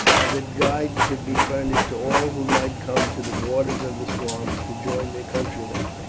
and that guides should be furnished to all who might come to the borders of the swamps to join their countrymen.